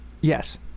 Yes